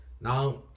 now